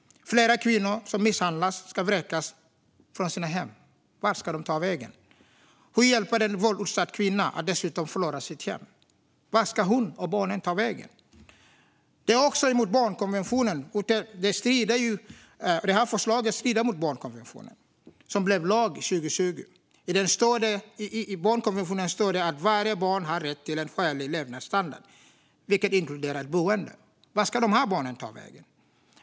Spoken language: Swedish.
Fler kvinnor som misshandlas ska vräkas från sina hem. Vart ska de ta vägen? Hur hjälper det en våldsutsatt kvinna att dessutom förlora sitt hem? Vart ska hon och barnen ta vägen? Förslaget strider mot barnkonventionen, som blev lag 2020. I barnkonventionen står det att varje barn har rätt till en skälig levnadsstandard, vilket inkluderar ett boende. Vart ska de barnen ta vägen?